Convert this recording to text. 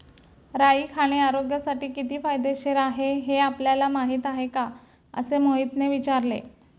राई खाणे आरोग्यासाठी किती फायदेशीर आहे हे आपल्याला माहिती आहे का? असे मोहितने विचारले